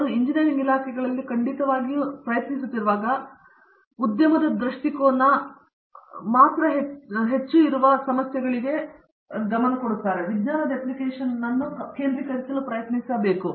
ಅವರು ಇಂಜಿನಿಯರಿಂಗ್ ಇಲಾಖೆಗಳಲ್ಲಿ ಖಂಡಿತವಾಗಿಯೂ ಪ್ರಯತ್ನಿಸುತ್ತಿರುವಾಗ ಉದ್ಯಮದ ದೃಷ್ಟಿಕೋನಕ್ಕಿಂತ ಸ್ವಲ್ಪ ಹೆಚ್ಚು ಮಾತ್ರವಿರುವ ಸಮಸ್ಯೆಗಳಿಗೆ ವಿಜ್ಞಾನದ ಅಪ್ಲಿಕೇಶನ್ ಅನ್ನು ಕೇಂದ್ರೀಕರಿಸಲು ಪ್ರಯತ್ನಿಸುತ್ತಿರಬೇಕು